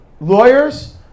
lawyers